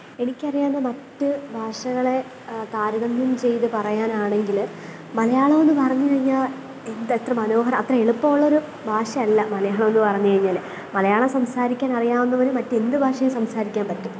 എനിക്കറിയാവുന്ന മറ്റു ഭാഷകളെ താരതമ്യം ചെയ്തു പറയാനാണെങ്കിൽ മലയാളമെന്ന് പറഞ്ഞു കഴിഞ്ഞാൽ എന്തെത്ര മനോഹര അത്ര എളുപ്പമുള്ളൊരു ഭാഷ അല്ല മലയാളമെന്ന് പറഞ്ഞു കഴിഞ്ഞാൽ മലയാളം സംസാരിക്കാന് അറിയാവുന്നവർ മറ്റെന്ത് ഭാഷയും സംസാരിക്കാന് പറ്റും